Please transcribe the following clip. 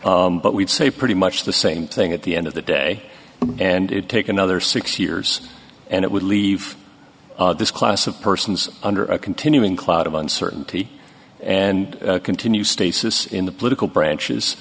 but we'd say pretty much the same thing at the end of the day and it take another six years and it would leave this class of persons under a continuing cloud of uncertainty and continue states this in the political branches